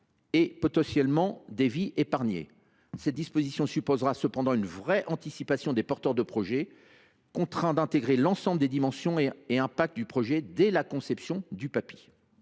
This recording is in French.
potentiellement d’épargner des vies. Cette disposition supposera cependant une réelle anticipation chez les porteurs de projets, contraints d’intégrer l’ensemble des dimensions et des impacts des projets dès la conception du Papi.